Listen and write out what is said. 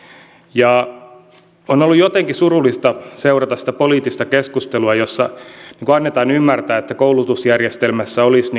on ollut jotenkin surullista seurata sitä poliittista keskustelua jossa annetaan ymmärtää että koulutusjärjestelmässä olisi